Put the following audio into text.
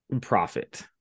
profit